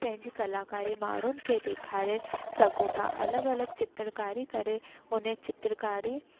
पंहिंजी कलाकारी माण्हुनि खे ॾेखारे सघूं था अलॻि अलॻि चित्रकारी करे उने चित्रकारी